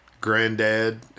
granddad